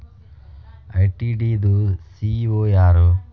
ITD ದು CEO ಯಾರು?